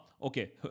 Okay